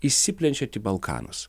išsiplečiant į balkanus